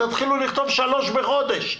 תתחילו לכתוב שלוש בחודש.